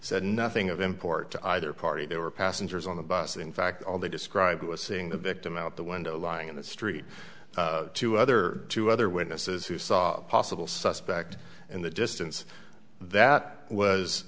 said nothing of import to either party they were passengers on the bus in fact all they described was seeing the victim out the window lying in the street to other two other witnesses who saw a possible suspect in the distance that was